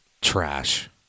trash